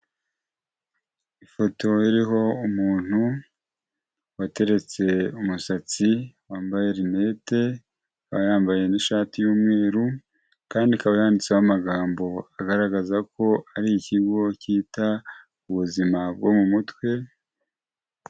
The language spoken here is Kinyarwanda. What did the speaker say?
Ifoto iriho umuntu wateretse umusatsi wambaye rinete, akaba yambaye n'ishati y'umweru kandi ikaba yanditseho amagambo agaragaza ko ari ikigo cyita ku buzima bwo mu mutwe.